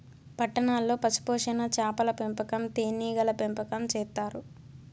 పట్టణాల్లో పశుపోషణ, చాపల పెంపకం, తేనీగల పెంపకం చేత్తారు